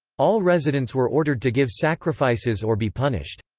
all residents were ordered to give sacrifices or be punished.